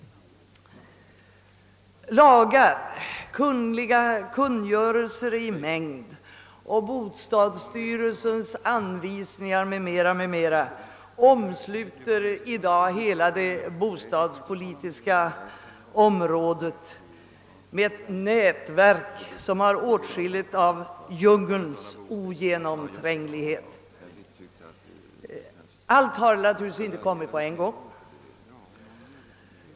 Lagar, kungl. kungörelser i mängd och bostadsstyrelsens anvisningar m.m. omsluter i dag hela det bostadspolitiska området med ett nätverk som har åtskilligt av djungelns ogenomtränglighet. Allt har naturligtvis inte kommit på en gång.